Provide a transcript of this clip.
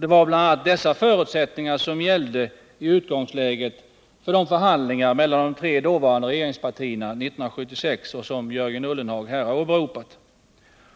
Det var bl.a. dessa förutsättningar som gällde i utgångsläget vid förhandlingarna mellan de tre dåvarande regeringspartierna 1976, som Jörgen Ullenhag här har åberopat.